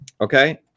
Okay